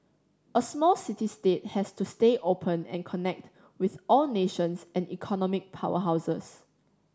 a small city state has to stay open and connect with all nations and economic powerhouses